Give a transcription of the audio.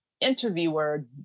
interviewer